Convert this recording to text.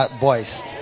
boys